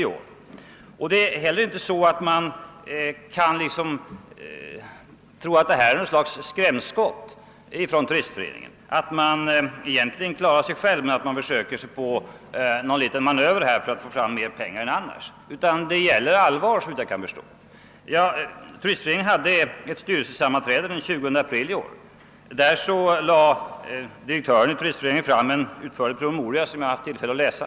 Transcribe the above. Det förhåller sig inte heller så att det finns anledning tro, att detta är något slags skrämskott från Turistföreningens sida så att man egentligen klarar sig men försöker sig på en liten manöver för att få fram mer pengar än man annars skulle få. Det gäller allvar. Turistföreningen hade ett styrelsesammanträde den 20 april, varvid dess direktör framlade en utförlig promemoria som jag haft tillfälle att läsa.